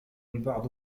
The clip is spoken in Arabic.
البعض